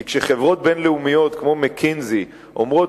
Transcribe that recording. כי כשחברות כלכליות כמו "מקינזי" אומרות